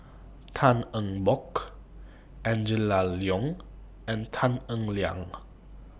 Tan Eng Bock Angela Liong and Tan Eng Liang